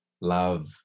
love